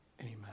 Amen